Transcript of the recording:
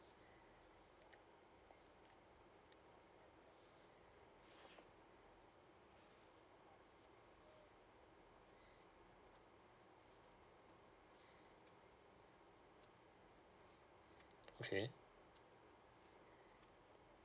okay